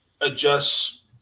adjust